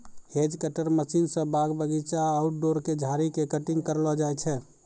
hedge cutter machine स बाग बगीचा, आउटडोर के झाड़ी के कटिंग करलो जाय छै